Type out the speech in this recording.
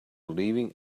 leaving